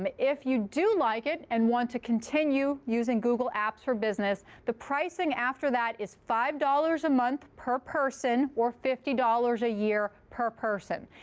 um if you do like it and want to continue using google apps for business, the pricing after that is five dollars a month per person, or fifty dollars a year per person.